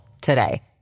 today